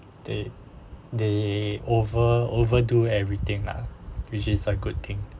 they they over overdo everything lah which is a good thing